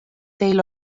teil